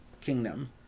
kingdom